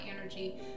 energy